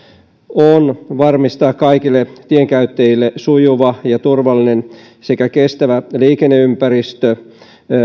on varmistaa kaikille tienkäyttäjille sujuva ja turvallinen sekä kestävä liikenneympäristö